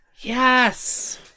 Yes